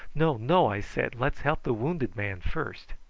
no, no, i said let's help the wounded man first.